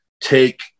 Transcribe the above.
take